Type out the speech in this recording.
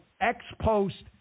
ex-post